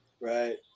Right